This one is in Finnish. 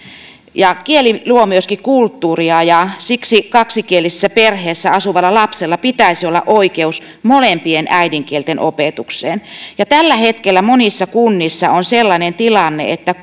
kieli luo myöskin kulttuuria ja siksi kaksikielisessä perheessä asuvalla lapsella pitäisi olla oikeus molempien äidinkielten opetukseen tällä hetkellä monissa kunnissa on sellainen tilanne että